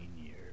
years